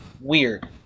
weird